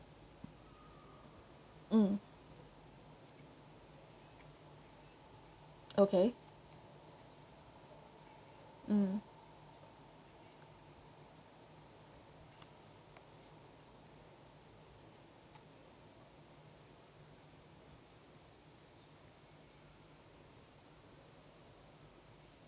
mm okay mm